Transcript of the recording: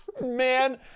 Man